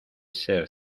ser